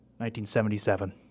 1977